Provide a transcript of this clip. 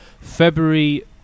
February